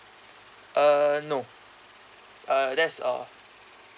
uh no uh that's all